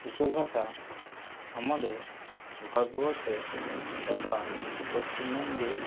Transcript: উপভাষা আমাদের ভারতবর্ষে তথা পশ্চিমবঙ্গে